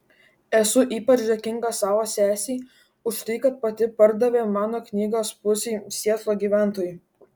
esu ypač dėkinga savo sesei už tai kad pati pardavė mano knygas pusei sietlo gyventojų